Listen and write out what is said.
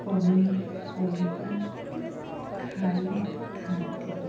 ପନିପରିବା ଖାଇଥାନ୍ତି